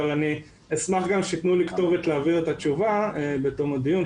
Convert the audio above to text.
אבל אני אשמח גם שתיתנו לי כתובת להעביר את התשובה בתום הדיון,